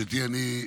גברתי, אני,